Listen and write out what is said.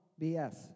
BS